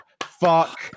Fuck